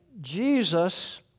Jesus